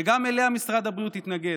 שגם אליה משרד הבריאות התנגד.